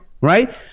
right